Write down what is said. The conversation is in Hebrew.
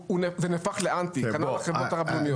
הוא הופך לאנטי, כנ"ל החברות הרב לאומיות.